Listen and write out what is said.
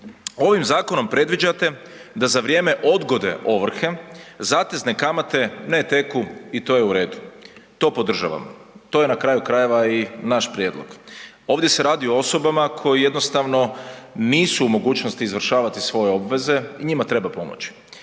Ovim zakonom predviđate da za vrijeme odgode ovrhe zatezne kamate ne teku i to je u redu. To podržavam, to je na kraju krajeva i naš prijedlog. Ovdje se radi o osobama koje jednostavno nisu u mogućnosti izvršavati svoje obveze i njima treba pomoći.